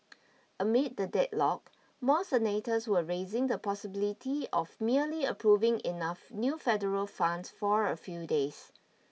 amid the deadlock more senators were raising the possibility of merely approving enough new federal funds for a few days